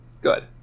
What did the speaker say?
Good